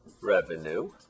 revenue